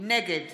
נגד